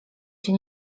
się